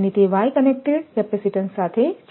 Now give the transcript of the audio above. અને તે Y connected capacitance સાથે છે